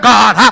God